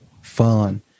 fun